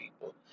people